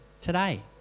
today